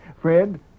Fred